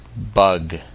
Bug